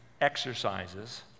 exercises